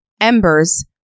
Embers